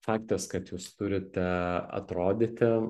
faktas kad jūs turite atrodyti